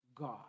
God